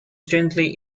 gently